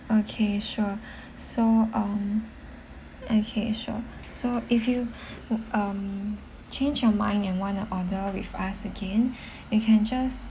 okay sure so um okay sure so if you um change your mind and want to order with us again you can just